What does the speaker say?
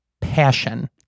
passion